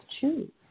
choose